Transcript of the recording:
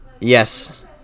Yes